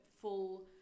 full